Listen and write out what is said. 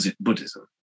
Buddhism